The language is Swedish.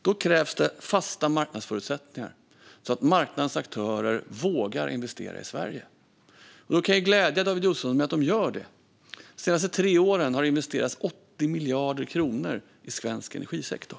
Då krävs det fasta marknadsförutsättningar så att marknadens aktörer vågar investera i Sverige. Jag kan glädja David Josefsson med att de gör det. De senaste tre åren har det investerats 80 miljarder kronor i svensk energisektor.